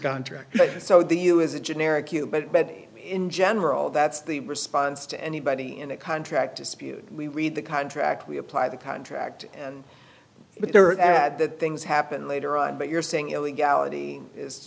contract so the you is a generic you but bed in general that's the response to anybody in a contract dispute we read the contract we apply the contract but there are add that things happen later on but you're saying illegality is